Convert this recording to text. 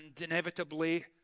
inevitably